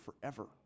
forever